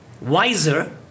Wiser